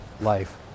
life